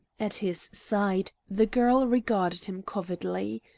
at his side the girl regarded him covertly.